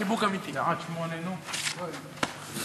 הנושא הועבר לוועדת הפנים להמשך דיון.